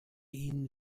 ihnen